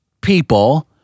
people